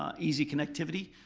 ah easy connectivity.